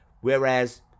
Whereas